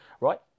right